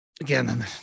again